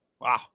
Wow